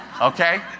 Okay